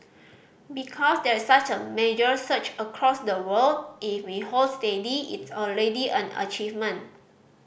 because there's such a major surge across the world if we hold steady it's already an achievement